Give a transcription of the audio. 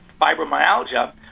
fibromyalgia